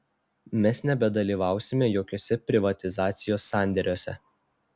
mes nebedalyvausime jokiuose privatizacijos sandėriuose